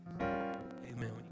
Amen